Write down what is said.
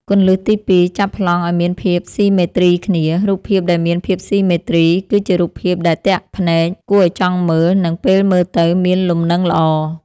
គន្លឹះទី២ ចាប់ប្លង់ឱ្យមានភាពស៊ីមេទ្រីគ្នា រូបភាពដែលមានភាពស៊ីមេទ្រី គឺជារូបភាពដែលទាក់ភ្នែក គួរឱ្យចង់មើល និងពេលមើលទៅមានលំនឹងល្អ។